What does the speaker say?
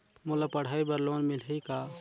मोला पढ़ाई बर लोन मिलही का?